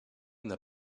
n’a